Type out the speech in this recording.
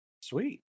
Sweet